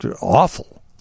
awful